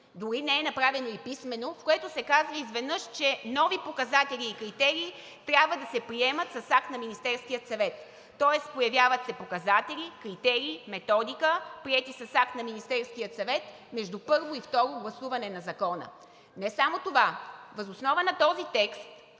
дори не е направено и писмено, в което се казва изведнъж, че нови показатели и критерии трябва да се приемат с акт на Министерския съвет. Тоест появяват се показатели, критерии, методика, приети с акт на Министерския съвет между първо и второ гласуване на Закона. Не само това, а въз основа на този текст